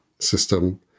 system